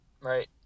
right